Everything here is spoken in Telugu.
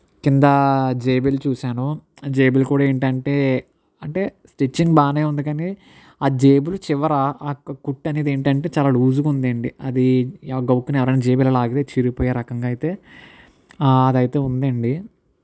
కిందా జేబీలు చూసాను జేబీలు కూడా ఏంటి అంటే అంటే స్టిచ్చింగ్ బాగానే ఉంది కానీ ఆ జేబిలు చివర ఆ యొక్క కుట్టు అనేది ఏంటి అంటే చాలా లూసుగా ఉంది అండి అది గబుక్కున ఎవరయినా జేబు ఇలా లాగితే చిరిగిపోయే రకంగా అయితే ఆది అయితే ఉంది అండి